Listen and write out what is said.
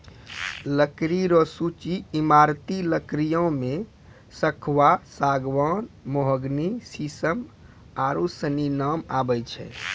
लकड़ी रो सूची ईमारती लकड़ियो मे सखूआ, सागमान, मोहगनी, सिसम आरू सनी नाम आबै छै